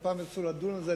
ואם פעם ירצו לדון בזה,